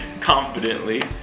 confidently